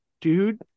dude